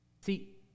See